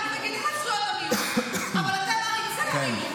אנחנו מגינים על זכויות המיעוט אבל אתם עריצי המיעוט.